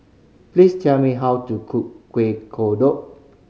please tell me how to cook Kueh Kodok